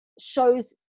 shows